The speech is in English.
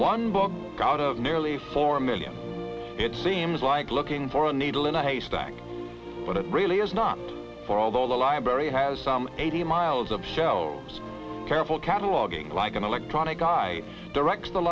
one book out of nearly four million it seems like looking for a needle in a haystack but it really is not for all the library has some eighty miles of shelves careful cataloguing like an electronic i direct the